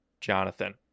Jonathan